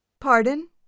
Pardon